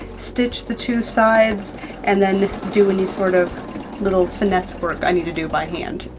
stitch the two sides, and then do any sort of little finesse work i need to do by hand.